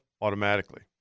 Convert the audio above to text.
automatically